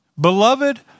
beloved